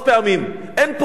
אין פרויקט אחד.